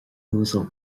uasal